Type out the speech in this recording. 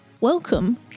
Welcome